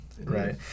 right